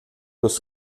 dos